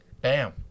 Bam